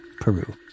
Peru